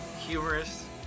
humorous